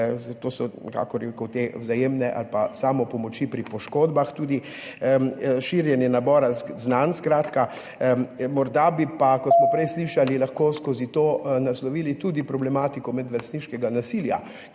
te vzajemne ali pa samopomoči pri poškodbah, tudi širjenje nabora znanj. Morda bi pa, kot smo prej slišali, lahko skozi to naslovili tudi problematiko medvrstniškega nasilja,